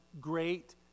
great